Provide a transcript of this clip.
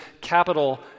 capital